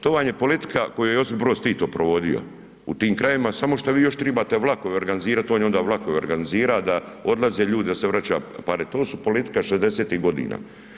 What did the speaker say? To vam je politika koju je Josip Broz Tito provodio u tim krajevima samo što vi još trebate vlakove organizirati, on je onda vlakove organizirao da odlaze ljudi, da se vraća pare, to je politika 60-ih godina.